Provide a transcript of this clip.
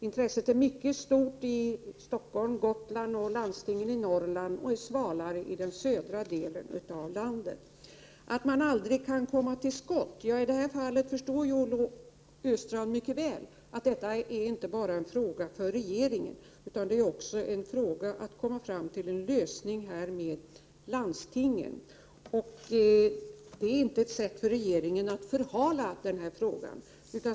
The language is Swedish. Intresset är mycket stort i Stockholm, Gotland och i landstingen i Norrland medan det är svalare i södra delen av landet. Olle Östrand undrade varför man aldrig kan komma till skott, men som Olle Östrand mycket väl förstår är detta inte bara en fråga för regeringen, utan det är också en fråga om att komma fram till en lösning med landstingen. Detta är inte ett sätt för regeringen att förhala denna fråga.